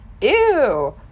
Ew